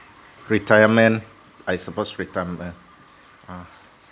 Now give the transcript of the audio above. retirement I suppose retirement ah